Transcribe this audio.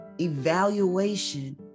evaluation